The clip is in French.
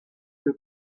que